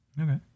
Okay